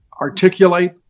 articulate